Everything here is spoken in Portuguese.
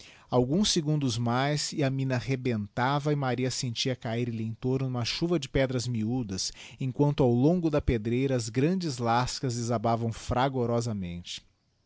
alguns segundos mais e a mina rebentava e maria sentia cahir lhe em torno uma chuva de pedras miúdas emquanto ao longo da pedreira as grandes lascas desabavam